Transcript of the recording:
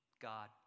God